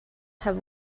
have